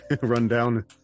rundown